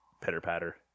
pitter-patter